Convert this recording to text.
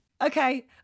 Okay